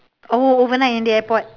oh overnight in the airport